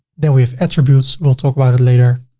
then we have attributes. we'll talk about it later.